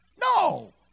No